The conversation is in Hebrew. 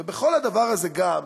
ובכל הדבר הזה, גם,